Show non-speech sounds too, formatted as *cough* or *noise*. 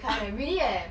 *laughs*